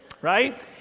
right